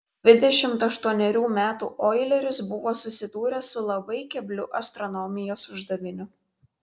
dvidešimt aštuonerių metų oileris buvo susidūręs su labai kebliu astronomijos uždaviniu